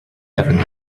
have